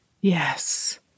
Yes